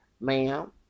ma'am